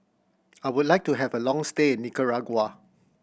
I would like to have a long stay in Nicaragua